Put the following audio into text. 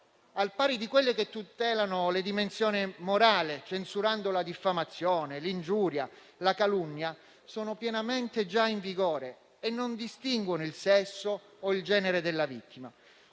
al pari di quelle che tutelano la dimensione morale, censurando la diffamazione, l'ingiuria e la calunnia sono pienamente già in vigore e non distinguono il sesso o il genere della vittima;